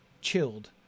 chilled